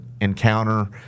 encounter